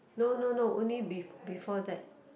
no no no only be before that